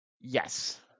Yes